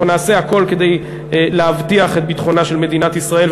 אנחנו נעשה הכול כדי להבטיח את ביטחונה של מדינת ישראל.